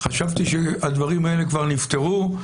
חשבתי שהדברים האלה כבר נפתרו.